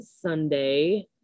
Sunday